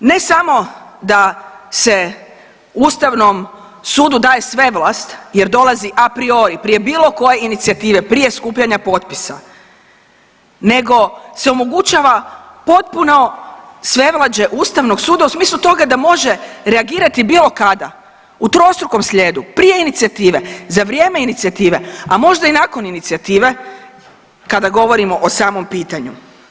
Ne samo da se Ustavnom sudu daje svevlast jer dolazi apriori prije bilo koje inicijative, prije skupljanja potpisa nego se omogućava potpuno svevlađe Ustavnog suda u smislu toga da može reagirati bilo kada, u trostrukom slijedu, prije inicijative, za vrijeme inicijative, a možda i nakon inicijative kada govorimo o samom pitanju.